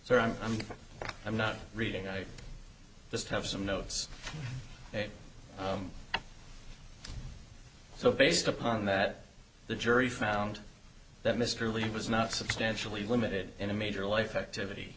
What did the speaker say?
so i'm i'm i'm not reading i just have some notes so based upon that the jury found that mr lee was not substantially limited in a major life activity